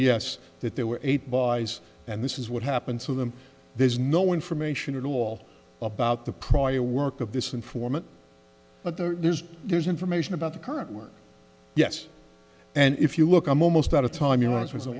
yes that there were eight buys and this is what happened to them there's no information at all about the prior work of this informant but there's there's information about the current work yes and if you look i'm almost out of time you